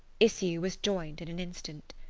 issue was joined in an instant.